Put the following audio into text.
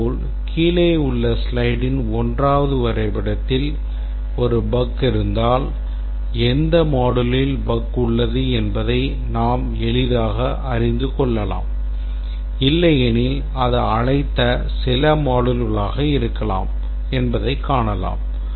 இதேபோல் கீழேயுள்ள ஸ்லைடின் 1வது வரைபடத்தில் ஒரு bug இருந்தால் எந்த moduleயில் bug உள்ளது என்பதை நாம் எளிதாக அறிந்து கொள்ளலாம் இல்லையெனில் அது அழைத்த சில moduleகளாக இருக்கலாம் என்பதை காணலாம்